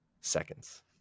seconds